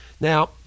Now